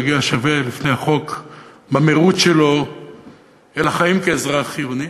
שהוא לא יגיע שווה בפני החוק למירוץ שלו אל החיים כאזרח חיוני.